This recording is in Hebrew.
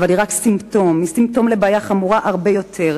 אך היא רק סימפטום לבעיה חמורה הרבה יותר,